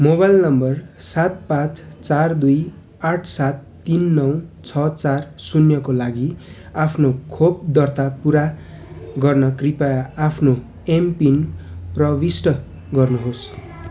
mobile number सात पाँच चार दुई आठ सात तिन नौ छ चार शून्यको लागि आफ्नो खोप दर्ता पुरा गर्न कृपया आफ्नो एमपिन प्रविष्ट गर्नु होस्